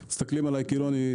והם לא מבינים.